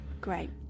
Great